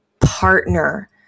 partner